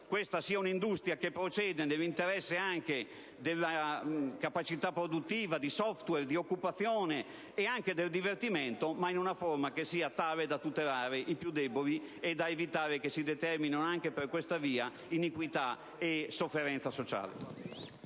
che tale industria sviluppi una capacità produttiva di *software*, di occupazione e anche del divertimento, ma in una forma tale da tutelare i più deboli e da evitare che si determinino anche per questa via iniquità e sofferenza sociale.